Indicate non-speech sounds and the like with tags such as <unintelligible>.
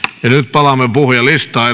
palaamme puhujalistaan <unintelligible>